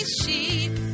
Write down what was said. sheep